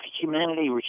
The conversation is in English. humanity